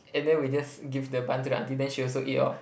and then we just give the bun to the aunty then she also eat orh